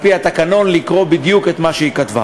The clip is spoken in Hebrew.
על-פי התקנון, לקרוא בדיוק את מה שהיא כתבה.